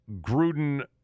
Gruden